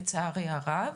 לצערי הרב.